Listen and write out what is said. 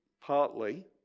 partly